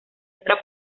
otra